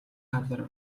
газар